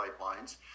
pipelines